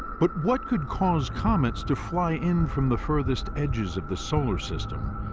but what could cause comets to fly in from the furthest edges of the solar system,